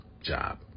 job